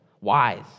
wise